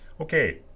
okay